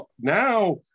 now